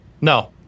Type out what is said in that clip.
no